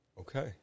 Okay